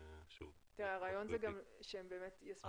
הרעיון שהם באמת יספיקו.